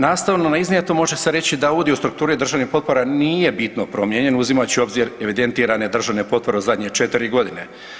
Nastavno na iznijeto može se reći da udio strukture držanih potpora nije bitno promijenjen uzimajući u obzir evidentirane državne potpore u zadnje četiri godine.